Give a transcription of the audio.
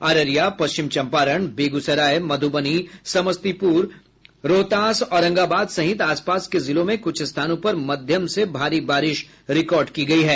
अररिया पश्चिम चम्पारण बेगूसराय मध्रबनी समस्तीपुर रोहतास औरंगाबाद सहित आसपास के जिलों में कुछ स्थानों पर मध्यम से भारी बारिश रिकॉर्ड की गयी है